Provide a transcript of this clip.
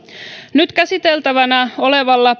nyt käsiteltävänä olevalla